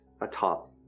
atop